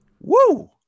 Woo